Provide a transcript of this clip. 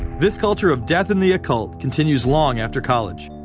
this culture of death and the occult continues long after college.